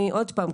עוד פעם,